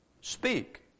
speak